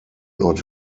not